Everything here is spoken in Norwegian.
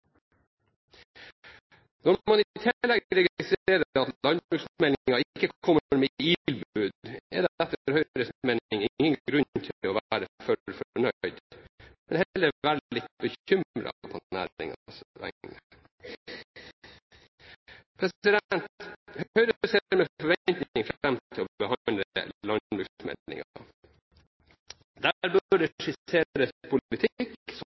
Når man i tillegg registrerer at landbruksmeldingen ikke kommer med ilbud, er det etter Høyres mening ingen grunn til å være for fornøyd, men heller være litt bekymret på næringens vegne. Høyre ser med forventning fram til å behandle landbruksmeldingen. Der bør det skisseres politikk